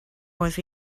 was